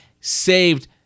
saved